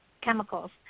chemicals